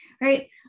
Right